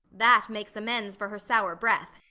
that makes amends for her sour breath.